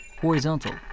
horizontal